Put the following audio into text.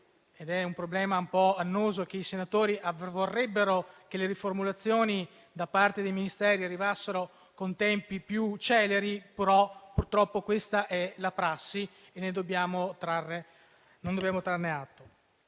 è un problema annoso, che i senatori vorrebbero che le riformulazioni da parte dei Ministeri arrivassero con tempi più celeri, ma purtroppo questa è la prassi e ne dobbiamo prendere atto.